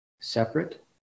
separate